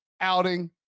outing